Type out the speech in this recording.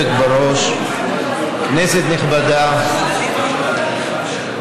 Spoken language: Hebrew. ויכול להיות שיש חריגה פה ושם במשקל,